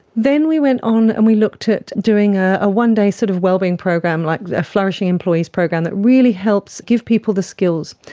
then we went on and we looked at doing a ah one-day sort of well-being program, like a flourishing employees program that really helps give people the skills.